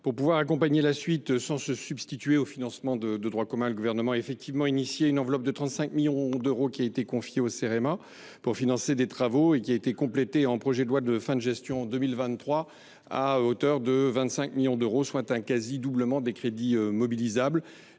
Pour pouvoir accompagner la suite de ce projet sans se substituer au financement de droit commun, le Gouvernement a en effet prévu une enveloppe de 35 millions d’euros, qui a été confiée au Cerema pour financer des travaux et qui a été complétée, dans le cadre de la loi de finances de fin de gestion pour 2023, à hauteur de 25 millions d’euros, soit un quasi doublement des crédits mobilisables.